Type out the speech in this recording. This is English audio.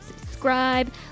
subscribe